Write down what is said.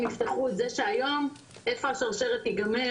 אם יצטרכו את זה שהיום - איפה השרשרת תיגמר